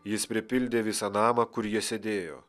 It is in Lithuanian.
jis pripildė visą namą kur jie sėdėjo